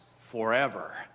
forever